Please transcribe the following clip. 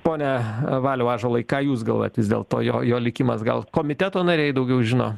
pone valiau ąžuolai ką jūs galvojat vis dėlto jo jo likimas gal komiteto nariai daugiau žino